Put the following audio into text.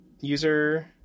user